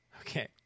Okay